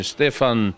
Stefan